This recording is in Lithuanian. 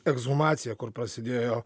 ekshumaciją kur prasidėjo